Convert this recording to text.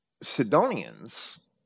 Sidonians